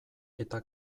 eta